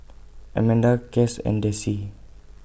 Amanda Cas and Desi